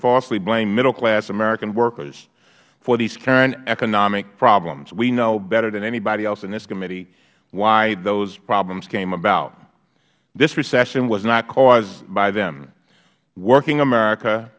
falsely blame middle class american workers for these current economic problems we know better than anybody else in this committee why those problems came about this recession was not caused by them working america